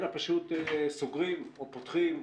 אלא פשוט סוגרים או פותחים,